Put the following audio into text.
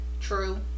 True